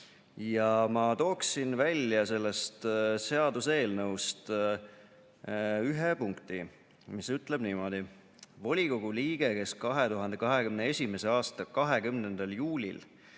Ma tooksin välja sellest seaduseelnõust ühe punkti, mis ütleb niimoodi: "Volikogu liige, kes 2021. aasta 20. juulil